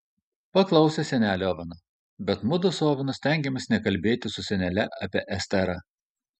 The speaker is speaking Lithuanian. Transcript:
paklausė senelė oveno bet mudu su ovenu stengėmės nekalbėti su senele apie esterą